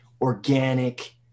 organic